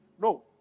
No